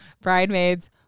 bridemaids